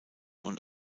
und